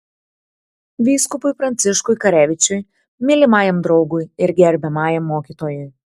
vyskupui pranciškui karevičiui mylimajam draugui ir gerbiamajam mokytojui